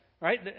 Right